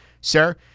Sir